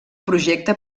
projecte